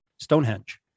stonehenge